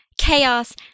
chaos